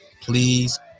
Please